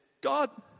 God